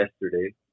yesterday